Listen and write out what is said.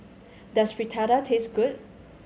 does Fritada taste good